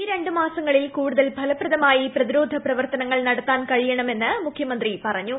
ഈ രണ്ട് മാസങ്ങളിൽ കൂടുതൽ ഫ്ലിപ്പദമായി പ്രതിരോധ പ്രവർത്തനങ്ങൾ നടത്താൻ കഴിയുണ്മെന്ന് മുഖ്യമന്ത്രി പറഞ്ഞു